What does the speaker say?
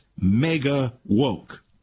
mega-woke